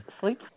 sleep